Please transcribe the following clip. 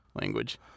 language